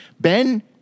Ben